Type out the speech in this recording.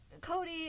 Cody